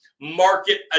market